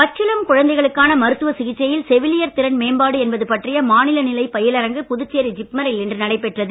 பச்சிளம் குழந்தைகளுக்கான மருத்துவச் சிகிச்சையில் செவிலியர் திறன் மேம்பாடு என்பது பற்றிய மாநில நிலைப் பயிலரங்கு புதுச்சேரி ஜிப்மரில் இன்று நடைபெற்றது